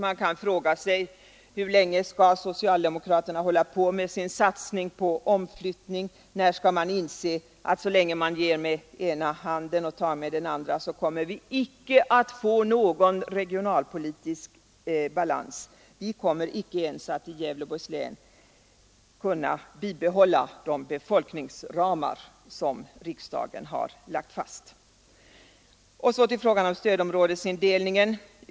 Man kan fråga sig: Hur länge skall socialdemokraterna hålla på med sin satsning på omflyttning? När skall de inse att så länge man ger med den ena handen och tar med den andra kommer vi icke att få någon regionalpolitisk balans? Vi kommer med denna politik icke ens att i Gävleborgs län kunna upprätthålla de befolkningsramar som riksdagen lagt fast. Så till frågan om stödområdesindelningen.